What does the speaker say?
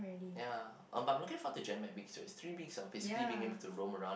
ya um but I'm looking forward to though it's three weeks of basically being able to roam around and